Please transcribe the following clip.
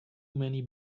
many